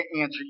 answer